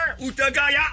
Utagaya